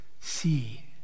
see